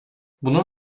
bunun